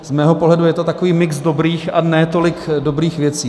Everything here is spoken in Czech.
Z mého pohledu je to takový mix dobrých a ne tolik dobrých věcí.